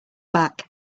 back